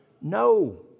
No